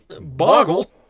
Boggle